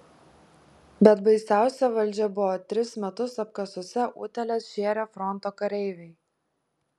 bet baisiausia valdžia buvo tris metus apkasuose utėles šėrę fronto kareiviai